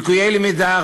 לקויי למידה,